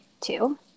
two